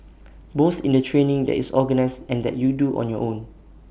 both in the training that is organised and that you do on your own